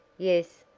yes,